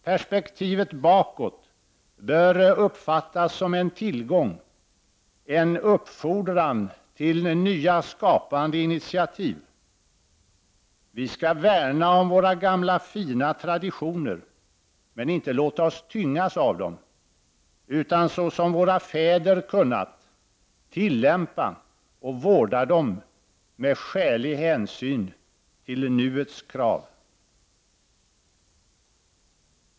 Perspektivet bakåt bör uppfattats som en tillgång, en uppfordran till nya skapande initiativ. Vi skall värna om våra gamla, fina traditioner men inte låta oss tyngas av dem, utan, såsom våra fäder kunnat, tillämpa och vårda dem med skälig hänsyn till nuets krav.